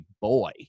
boy